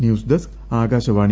news desk Akashvani